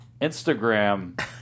Instagram